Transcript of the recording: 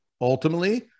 ultimately